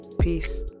Peace